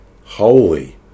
holy